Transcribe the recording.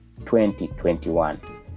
2021